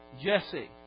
Jesse